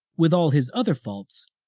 with all his other faults,